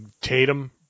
Tatum